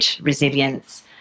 resilience